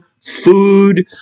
food